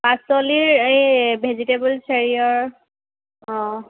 পাচলিৰ এই ভেজিটেবল অঁ